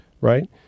right